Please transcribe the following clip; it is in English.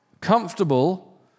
Comfortable